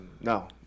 No